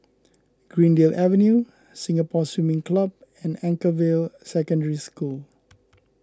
Greendale Avenue Singapore Swimming Club and Anchorvale Secondary School